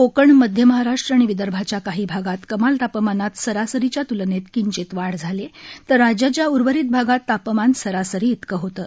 कोकण मध्य महाराष्ट्र आणि विदर्भाच्या काही भागात कमाल तापमानात सरासरीच्या त्लनेत किंचित वाढ झाली आहे तर राज्याच्या उर्वरित भागात तापमान सरासरी इतकं होतं